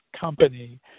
company